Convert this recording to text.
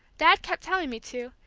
dad kept telling me to,